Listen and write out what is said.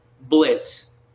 blitz